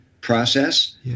process